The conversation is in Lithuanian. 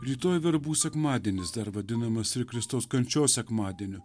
rytoj verbų sekmadienis dar vadinamas ir kristaus kančios sekmadieniu